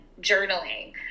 journaling